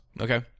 okay